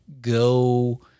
Go